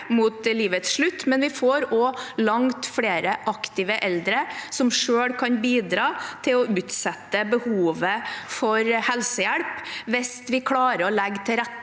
mot livets slutt, men vi får også langt flere aktive eldre som selv kan bidra til å utsette behovet for helsehjelp, hvis vi som fellesskap klarer å legge til rette